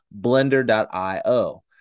Blender.io